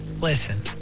listen